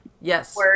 Yes